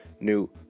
new